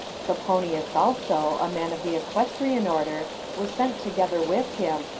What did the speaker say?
coponius also, a man of the equestrian order, was sent together with him,